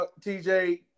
tj